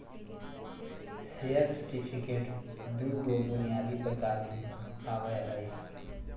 share certificate दू गो बुनियादी प्रकार में आवय हइ